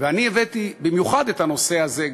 ואני הבאתי במיוחד את הנושא הזה,